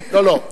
לא,